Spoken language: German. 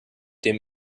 dem